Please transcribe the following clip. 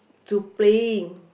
to playing